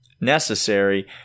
Necessary